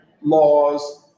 laws